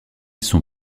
sont